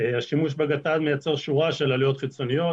השימוש בגט"ד מייצר שורה של עלויות חיצוניות,